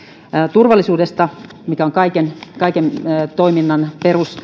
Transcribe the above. turvallisuudesta mikä on kaiken kaiken toiminnan